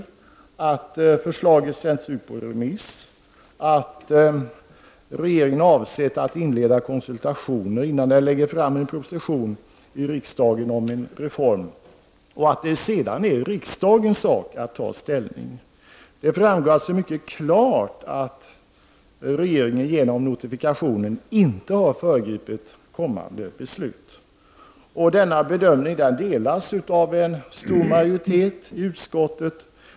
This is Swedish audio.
Man fick veta att förslaget skulle sändas ut på remiss och att regeringen avsåg att inleda konsultationer innan den lade fram en proposition om en reform i riksdagen och att det sedan var riksdagens sak att ta ställning. Det framgår alltså mycket klart att regeringen genom notifikationen inte har föregripit kommande beslut. Denna bedömning delas av en stor majoritet i utskottet.